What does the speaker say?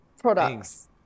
products